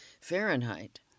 Fahrenheit